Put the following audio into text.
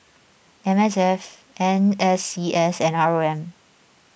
M S F N S C S and R O M